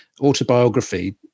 autobiography